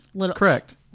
Correct